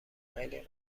خیلی